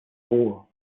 ruhr